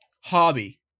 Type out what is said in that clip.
Hobby